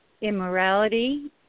immorality